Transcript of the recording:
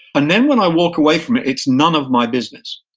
and then when i walk away from it, it's none of my business.